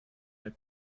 der